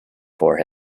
for